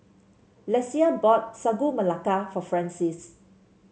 Lesia bought Sagu Melaka for Francies